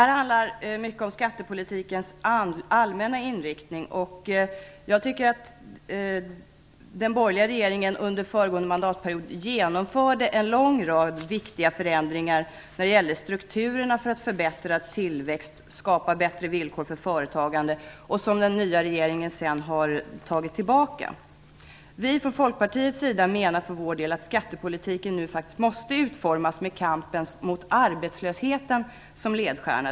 Det handlar mycket om skattepolitikens allmänna inriktning, och jag tycker att den borgerliga regeringen under föregående mandatperiod genomförde en lång rad viktiga förändringar i strukturerna för att förbättra tillväxt och skapa bättre villkor för företagande - förändringar som den nya regeringen sedan har tagit tillbaka. Vi menar från Folkpartiets sida att skattepolitiken nu faktiskt måste utformas med kampen mot arbetslösheten som ledstjärna.